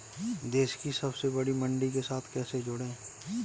देश की सबसे बड़ी मंडी के साथ कैसे जुड़ें?